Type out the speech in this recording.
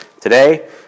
today